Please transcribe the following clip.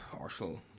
Arsenal